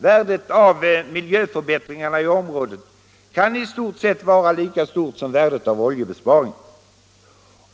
Värdet av miljöförbättringarna i området kan i stort sett vara lika stort som värdet av oljebesparingen.